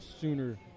sooner